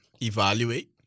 evaluate